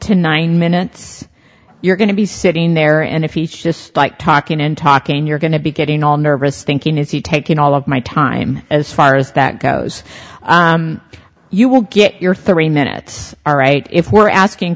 minutes you're going to be sitting there and if he just by talking and talking you're going to be getting all nervous thinking is he taking all of my time as far as that goes you will get your three minutes are right if we're asking